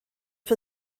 für